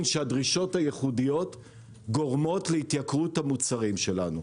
שהדרישות הייחודיות גורמות להתייקרות המוצרים שלנו.